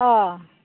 अ